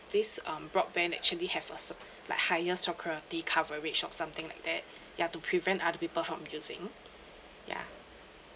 this um broadband actually have a sub~ like highest security coverage or something like that ya to prevent other people from using ya